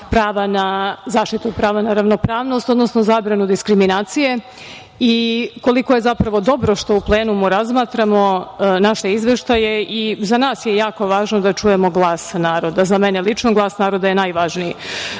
zaštitu prava na ravnopravnost, odnosno zabranu diskriminacije, i koliko je dobro što u plenumu razmatramo naše izveštaje i za nas je jako važno da čujemo glas naroda. Za mene lično, glas naroda je najvažniji. Tačno